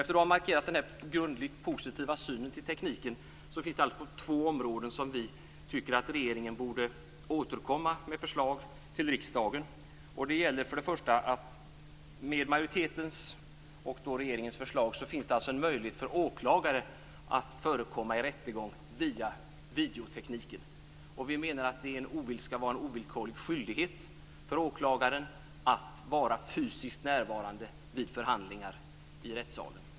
Efter att ha markerat denna grundligt positiva syn till tekniken kan jag peka på två områden där vi tycker att regeringen borde återkomma med förslag till riksdagen. Med majoritetens och regeringens förslag finns det en möjlighet för åklagare att förekomma i rättegång via videotekniken. Vi menar att det skall vara en ovillkorlig skyldighet för åklagaren att vara fysiskt närvarande vid förhandlingar i rättssalen.